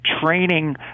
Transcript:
training